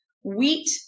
wheat